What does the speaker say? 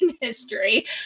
history